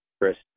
Chris